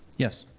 yes.